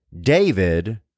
David